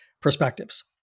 perspectives